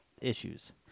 issues